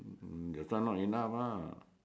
the front not enough ah